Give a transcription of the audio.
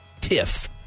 tiff